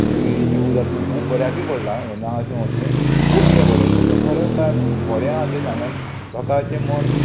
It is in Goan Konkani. टी व्ही न्यूज आसूं खूब बऱ्याकूय पडलां हे ना आसूं अशें खुबशें बरें पूण तो खरें काय आहा तें सांगून लोकांचें मन